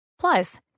Plus